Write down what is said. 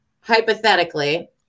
hypothetically